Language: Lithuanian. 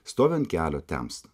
stovi ant kelio temsta